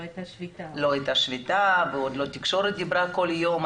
הייתה שביתה והתקשורת לא דיברה על זה כל יום.